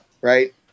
right